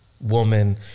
Woman